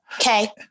Okay